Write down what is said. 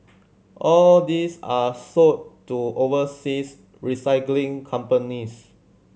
all these are sold to overseas recycling companies